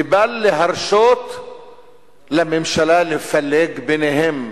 לבל ירשו לממשלה לפלג ביניהם.